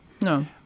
No